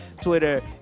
Twitter